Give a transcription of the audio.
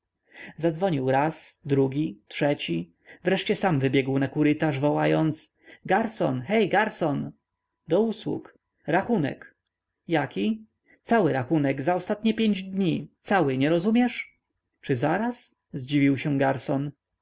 zadzwonił raz drugi trzeci wreszcie sam wybiegł na kurytarz wołając garson hej garson do usług rachunek jaki cały rachunek za ostatnie pięć dni cały nie rozumiesz czy zaraz zdziwił się garson